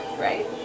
Right